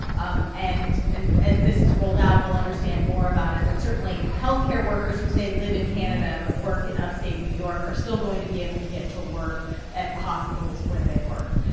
um and and as this is rolled out, we'll understand more about it. but, certainly, health care workers who, say, live in canada but work in upstate new york are still going to be able to get to work at the hospitals where they work.